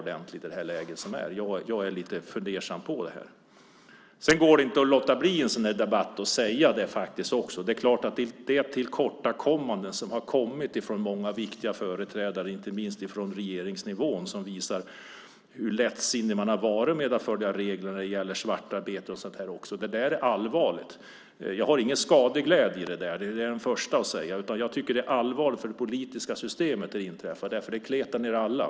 Det går heller inte att i en sådan här debatt låta bli att säga att många viktiga företrädares tillkortakommanden, inte minst på regeringsnivå, visar hur lättsinnig man har varit när det gäller att följa regler. Svartarbete är allvarliga saker. Det handlar inte om skadeglädje, utan jag tycker att det är allvarligt för det politiska systemet. Det kletar nämligen ned alla.